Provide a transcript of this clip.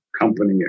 company